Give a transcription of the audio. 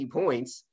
points